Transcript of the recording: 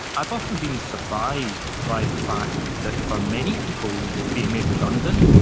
i've often been surprised by the fact that for many people, being made redundant,